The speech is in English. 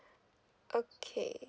okay